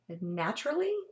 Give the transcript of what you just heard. naturally